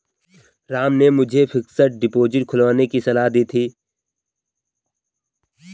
राम ने मुझे fixed deposit खुलवाने की सलाह दी थी